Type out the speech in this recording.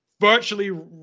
virtually